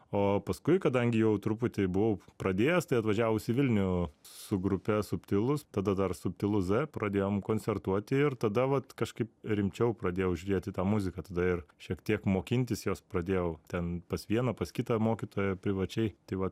o paskui kadangi jau truputį buvau pradėjęs tai atvažiavus į vilnių su grupe subtilūs tada dar subtilu ze pradėjom koncertuoti ir tada vat kažkaip rimčiau pradėjau žiūrėt į tą muziką tada ir šiek tiek mokintis jos pradėjau ten pas vieną pas kitą mokytoją privačiai tai va